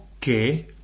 que